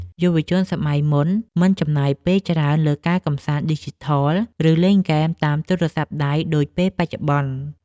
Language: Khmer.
យុវជនសម័យមុនមិនចំណាយពេលច្រើនលើការកម្សាន្តឌីជីថល ឬលេងហ្គេមតាមទូរស័ព្ទដៃដូចពេលបច្ចុប្បន្ន។